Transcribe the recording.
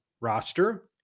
roster